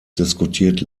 diskutiert